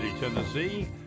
tennessee